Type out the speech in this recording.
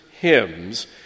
hymns